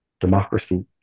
democracy